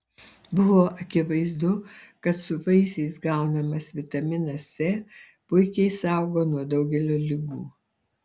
buvo akivaizdu kad su vaisiais gaunamas vitaminas c puikiai saugo nuo daugelio ligų